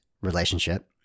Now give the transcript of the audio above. relationship